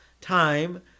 time